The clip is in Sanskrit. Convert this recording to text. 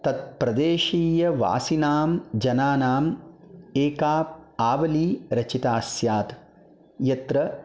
तत् प्रदेशीयवासिनां जनानां एका आवली रचिता स्यात् यत्र